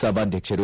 ಸಭಾಧ್ಯಕ್ಷರು